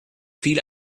viel